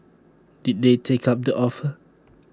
did they take up the offer